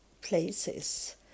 places